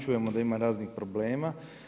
Čujemo da ima raznih problema.